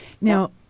Now